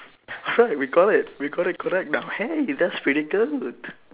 after all we got it we got it correct now hey that's pretty good